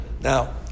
Now